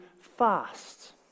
fast